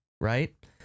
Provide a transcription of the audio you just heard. right